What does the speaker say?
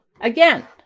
again